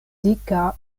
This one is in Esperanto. dika